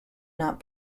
not